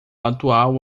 atual